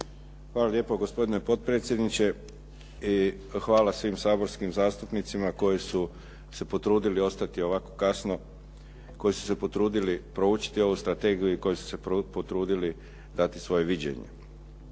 Hvala lijepo gospodine potpredsjedniče i hvala svim saborskim zastupnicima koji su se potrudili ostati ovako kasno, koji su se potrudili proučiti ovu strategiju i koji su se potrudili dati svoje viđenje.